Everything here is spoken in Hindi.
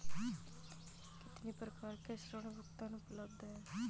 कितनी प्रकार के ऋण भुगतान उपलब्ध हैं?